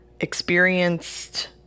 experienced